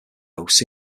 hosts